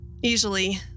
Usually